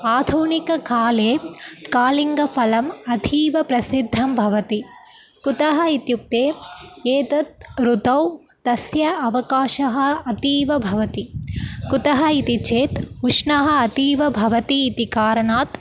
आधुनिककाले कलिङ्गफलम् अथीव प्रसिद्धं भवति कुतः इत्युक्ते एतत् ऋतौ तस्य अवकाशः अतीव भवति कुतः इति चेत् उष्णम् अतीव भवति इति कारणात्